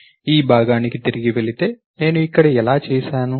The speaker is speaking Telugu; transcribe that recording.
ఈ భాగానికి తిరిగి వెళితే నేను ఇక్కడ ఎలా చేశాను